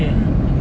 ah